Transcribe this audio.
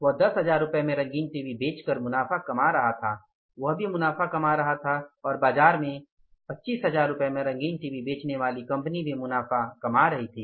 वह 10000 रुपये में रंगीन टीवी बेचकर मुनाफा कमा रहा था वह भी मुनाफा कमा रहा था और बाज़ार में 25000 रुपये में रंगीन टीवी बेचने वाली कंपनी भी मुनाफ़ा कमा रही थी